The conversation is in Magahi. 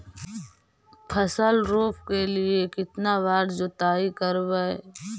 फसल रोप के लिय कितना बार जोतई करबय?